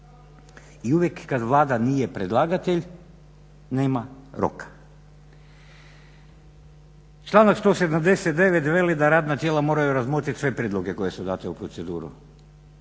I uvijek kad Vlada nije predlagatelj nema roka. Članak 179. veli da radna tijela moraju razmotrit sve prijedloge koji su dati u proceduru